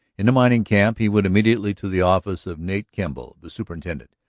in the mining-camp he went immediately to the office of nate kemble, the superintendent,